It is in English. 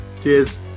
Cheers